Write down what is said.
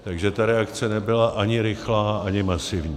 Takže ta reakce nebyla ani rychlá, ani masivní.